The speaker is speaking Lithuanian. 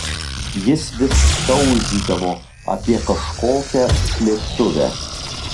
jis vis tauzydavo apie kažkokią slėptuvę